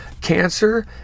cancer